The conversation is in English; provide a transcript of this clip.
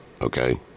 okay